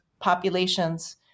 populations